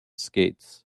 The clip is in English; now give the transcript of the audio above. skates